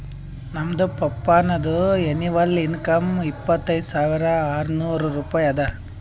ನಮ್ದು ಪಪ್ಪಾನದು annual income ಇಪ್ಪತೈದ್ ಸಾವಿರಾ ಆರ್ನೂರ್ ರೂಪಾಯಿ ಅದಾ